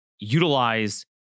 Utilize